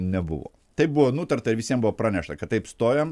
nebuvo taip buvo nutarta ir visiem buvo pranešta kad taip stojam